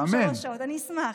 טוב, בסדר גמור.